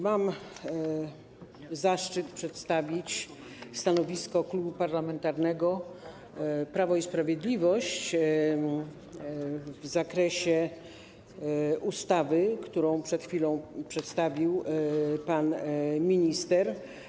Mam zaszczyt przedstawić stanowisko Klubu Parlamentarnego Prawo i Sprawiedliwość wobec ustawy, którą przed chwilą przedstawił pan minister.